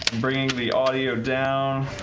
bringing the audio down